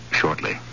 shortly